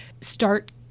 start